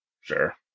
Sure